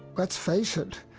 let's face it.